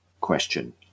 question